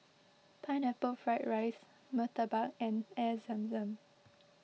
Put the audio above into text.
Pineapple Fried Rice Murtabak and Air Zam Zam